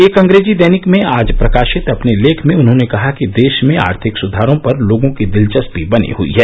एक अंग्रेजी दैनिक में आज प्रकाशित अपने लेख में उन्होंने कहा कि देश में आर्थिक सुधारों पर लोगों की दिलचस्पी बनी हुई है